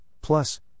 plus